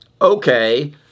okay